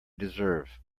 deserve